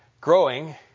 growing